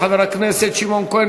של חבר הכנסת יצחק כהן